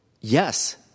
yes